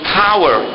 power